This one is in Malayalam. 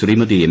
ശ്രീമതി എം